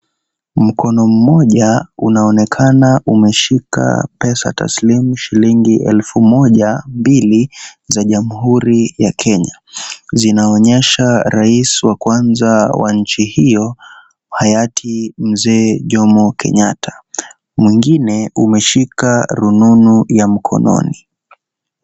Mkono mmoja unaonekana umeshika pesa taslimu shilingi elfu moja, mbili za jamhuri ya Kenya. Zinaonyesha rais wa kwanza wa nchi hiyo hayati Mzee Jomo Kenyatta. Mwingine umeshika rununu ya mkononi.